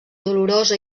dolorosa